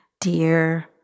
dear